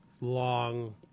long